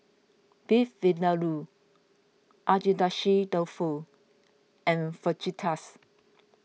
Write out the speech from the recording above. Beef Vindaloo Agedashi Dofu and Fajitas